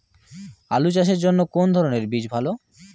আলু চাষের জন্য কোন ধরণের বীজ ভালো?